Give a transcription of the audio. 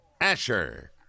Asher